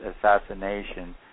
assassination